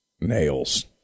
nails